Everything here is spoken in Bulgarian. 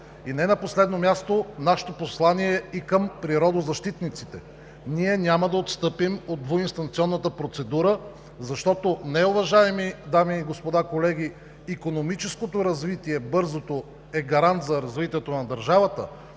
И не на последно място, нашето послание и към природозащитниците. Ние няма да отстъпим от двуинстанционната процедура, защото, неуважаеми дами и господа колеги, икономическото развитие, бързото, е гарант за развитието на държавата,